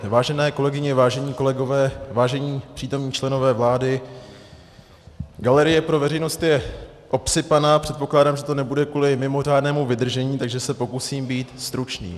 Vážené kolegyně, vážení kolegové, vážení přítomní členové vlády, galerie pro veřejnost je obsypaná, předpokládám, že to nebude kvůli mimořádnému vydržení, takže se pokusím být stručný.